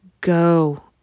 go